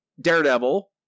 Daredevil